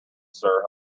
sir